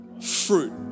fruit